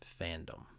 fandom